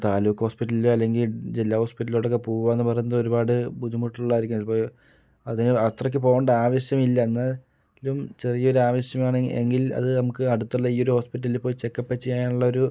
taluk hospital അല്ലെങ്കിൽ ജില്ലാ ഹോസ്പിറ്റലിലോട്ടൊക്കെ പോവുക എന്ന് പറയുന്നത് ഒരുപാട് ബുദ്ധിമുട്ടുള്ളതായിരിക്കും ഇപ്പോൾ അതിന് അത്രയ്ക്ക് പോകണ്ട ആവശ്യമില്ലെന്ന് എന്നാലും ചെറിയൊരു ആവശ്യം ആണ് എങ്കിൽ അത് നമുക്ക് അടുത്തുള്ള ഈ ഒരു ഹോസ്പിറ്റലിൽ പോയി ചെക്കപ്പ് ചെയ്യാനുള്ളൊരു